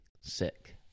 sick